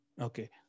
Okay